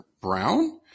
brown